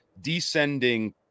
descending